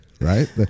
Right